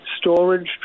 storage